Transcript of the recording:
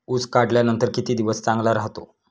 ऊस काढल्यानंतर किती दिवस चांगला राहतो?